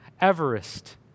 everest